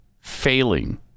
failing